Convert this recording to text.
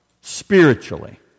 spiritually